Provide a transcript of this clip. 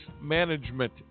management